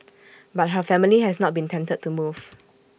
but her family has not been tempted to move